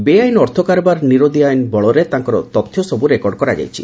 ବେଆଇନ ଅର୍ଥ କାରବାର ନିରୋଧୀ ଆଇନ ବଳରେ ତାଙ୍କର ତଥ୍ୟ ସବୁ ରେକର୍ଡ କରାଯାଇଛି